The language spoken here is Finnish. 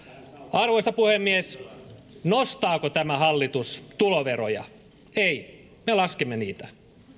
arvoisa puhemies nostaako tämä hallitus tuloveroja ei me laskemme niitä